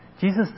Jesus